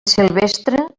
silvestre